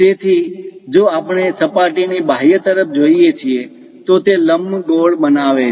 તેથી જો આપણે સપાટીની બાહ્ય તરફ જોઈએ છીએ તો તે લંબગોળ બનાવે છે